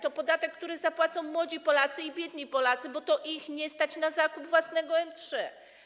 To podatek, który zapłacą młodzi Polacy i biedni Polacy, bo to ich nie stać na zakup własnego M3.